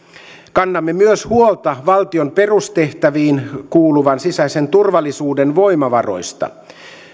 kannamme myös huolta valtion perustehtäviin kuuluvan sisäisen turvallisuuden voimavaroista